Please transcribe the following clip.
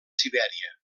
sibèria